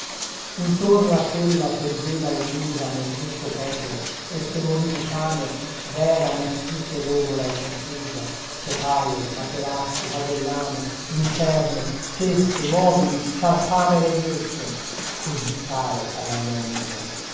intorno a quella che rideva illusa nel ricco peplo e che morì di fame vera una stirpe logora e confusa topaie materassi vasellame lucerne ceste mobili ciarpame reietto così caro alla mia musa